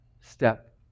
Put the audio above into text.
step